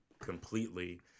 completely